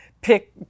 Pick